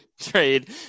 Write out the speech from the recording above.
trade